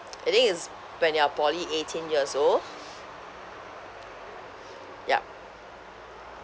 I think is when you're probably eighteen years old yup